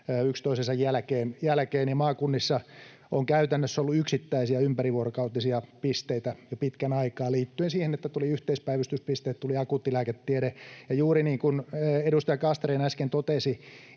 yksi toisensa jälkeen. Maakunnissa on käytännössä ollut yksittäisiä ympärivuorokautisia pisteitä jo pitkän aikaa liittyen siihen, että tuli yhteispäivystyspisteet, tuli akuuttilääketiede, ja juuri niin kuin edustaja Castrén äsken totesi,